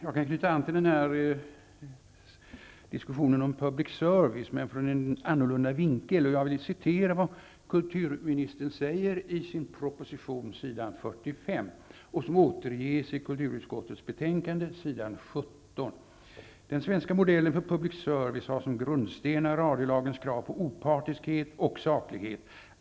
Jag kan knyta an till diskussionen om public service men ur en annan synvinkel. Jag vill citera vad kulturministern säger på s. 45 i sin proposition; det återges på s. 17 i kulturutskottets betänkande: ''Den svenska modellen för public service har som grundstenar radiolagens krav på opartiskhet och saklighet.